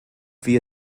wir